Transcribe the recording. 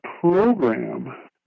program